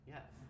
Yes